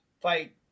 fight